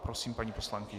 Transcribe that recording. Prosím, paní poslankyně.